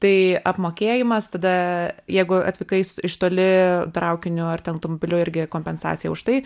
tai apmokėjimas tada jeigu atvykai iš toli traukiniu ar ten automobiliu irgi kompensacija už tai